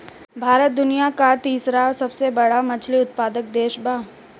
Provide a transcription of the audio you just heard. भारत दुनिया का तीसरा सबसे बड़ा मछली उत्पादक देश बा